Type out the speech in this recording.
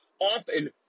often